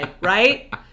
right